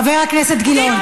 חבר הכנסת גילאון.